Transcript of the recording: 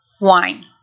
wine